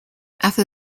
after